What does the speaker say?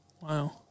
Wow